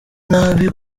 nabi